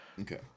Okay